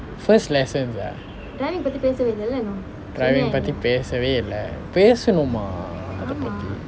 first lesson sia driving பற்றி பேசவே இல்லை பேசணுமா:patri pesave illai pesanumaa